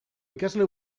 ikasle